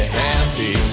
happy